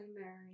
Mary